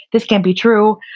this can't be true,